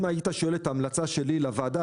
אם היית שואל את ההמלצה שלי לוועדה,